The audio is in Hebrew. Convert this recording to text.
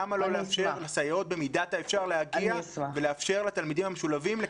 למה לא לאפשר לסייעות במידת האפשר להגיע ולאפשר לתלמידים המשולבים?